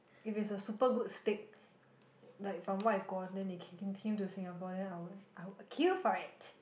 if it's a super good steak like from what Gordon they he came to Singapore then I would I would queue for it